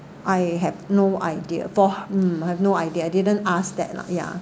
I have no idea for hmm I have no idea I didn't ask that lah ya